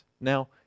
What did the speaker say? Now